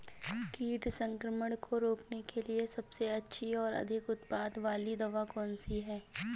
कीट संक्रमण को रोकने के लिए सबसे अच्छी और अधिक उत्पाद वाली दवा कौन सी है?